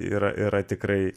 yra yra tikrai